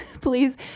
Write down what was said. please